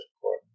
according